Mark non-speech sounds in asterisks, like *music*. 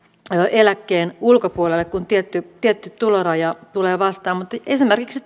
eläkkeen ulkopuolelle kun tietty tietty tuloraja tulee vastaan esimerkiksi *unintelligible*